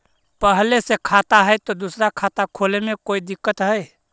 पहले से खाता है तो दूसरा खाता खोले में कोई दिक्कत है?